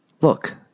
Look